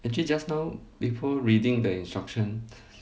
actually just now before reading the insturction